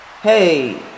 Hey